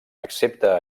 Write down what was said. accepta